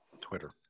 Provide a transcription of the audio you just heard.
Twitter